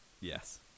Yes